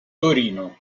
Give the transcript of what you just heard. torino